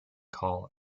call